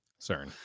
CERN